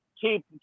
Keep